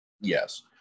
Yes